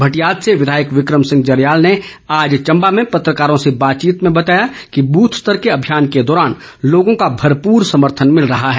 भटियात से विधायक विक्रम सिंह जरयाल ने आज चम्बा में पत्रकारों से बातचीत में बताया कि बूथ स्तर के अभियान के दौरान लोगों का भरपूर समर्थन मिल रहा है